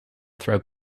throw